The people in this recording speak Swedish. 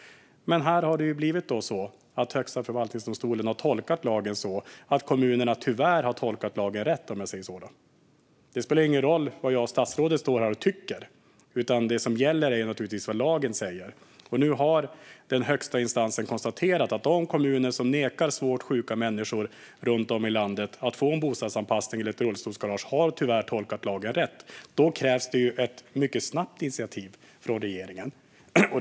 Men här har alltså Högsta förvaltningsdomstolen tolkat lagen på så vis att kommunerna tyvärr har tolkat lagen rätt, om jag får uttrycka det så. Det spelar ju ingen roll vad jag och statsrådet står här och tycker, utan det som gäller är naturligtvis vad lagen säger. Nu har den högsta instansen tyvärr konstaterat att de kommuner som nekar svårt sjuka människor runt om i landet att få en bostadsanpassning eller ett rullstolsgarage har tolkat lagen rätt. Då krävs det ett mycket snabbt initiativ från regeringen.